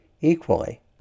equally